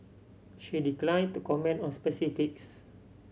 she declined to comment on specifics